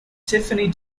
tiffany